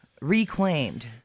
reclaimed